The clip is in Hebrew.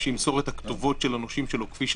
למסור את כתובות הנושים שלו כפי שצריך.